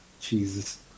Jesus